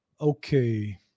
Okay